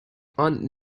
and